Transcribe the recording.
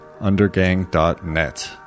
undergang.net